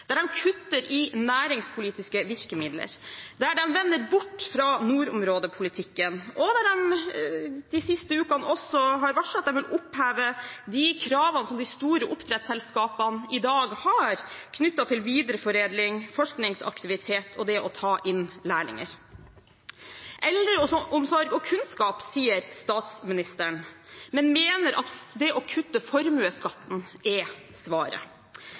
der de kutter i næringspolitiske virkemidler, der de vender bort fra nordområdepolitikken, og der de de siste ukene også har varslet at de vil oppheve de kravene som de store oppdrettsselskapene i dag har knyttet til videreforedling, forskningsaktivitet og det å ta inn lærlinger. Eldreomsorg og kunnskap, sier statsministeren, men mener at det å kutte formuesskatten er svaret.